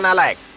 like